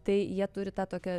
tai jie turi tą tokią